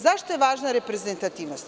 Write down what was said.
Zašto je važna reprezentativnost?